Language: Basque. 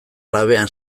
labean